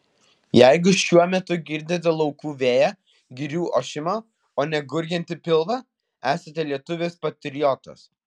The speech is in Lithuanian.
jeigu šiuo metu girdite laukų vėją girių ošimą o ne gurgiantį pilvą esate lietuvis patriotas